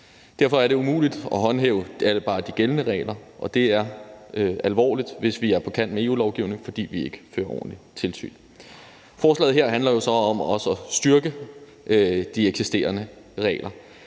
Derfor er det umuligt at håndhæve bare de gældende regler, og det er alvorligt, hvis vi er på kant med EU-lovgivningen, fordi vi ikke fører ordentligt tilsyn. Forslaget her handler jo så også om at styrke de eksisterende regler.